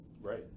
Right